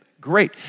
Great